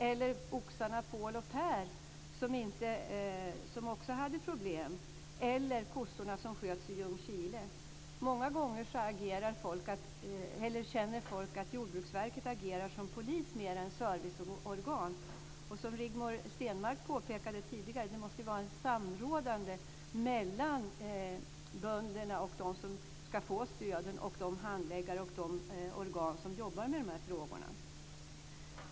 Eller ta oxarna Pål och Per, som också hade problem, eller kossorna som sköts i Ljungskile. Många gånger känner folk att Jordbruksverket agerar som polis mer än som serviceorgan. Som Rigmor Stenmark påpekat tidigare: Det måste vara ett samråd mellan bönderna, de som ska få stöden, och de handläggare och organ som jobbar med de här frågorna.